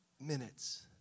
minutes